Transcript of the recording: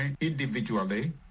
individually